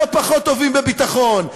לא פחות טובים בביטחון.